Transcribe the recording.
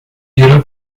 ihrer